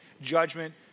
judgment